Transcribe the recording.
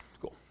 Cool